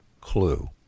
clue